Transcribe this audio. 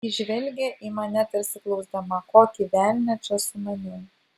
ji žvelgė į mane tarsi klausdama kokį velnią čia sumaniau